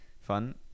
fun